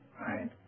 Right